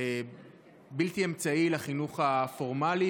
בלתי אמצעי עם לחינוך הפורמלי,